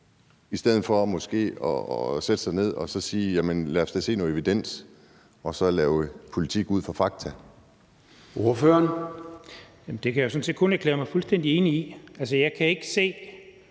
i stedet for måske at sætte sig ned og sige: Jamen lad os da se noget evidens og så lave politik ud fra fakta?